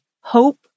hope